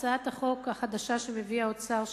הצעת החוק החדשה שמביא האוצר,